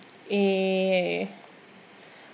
eh